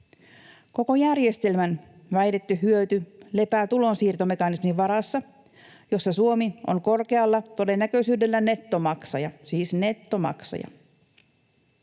Koko järjestelmän väitetty hyöty lepää tulonsiirtomekanismin varassa, jossa Suomi on korkealla todennäköisyydellä nettomaksaja, siis nettomaksaja.